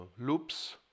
loops